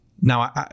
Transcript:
Now